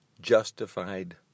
justified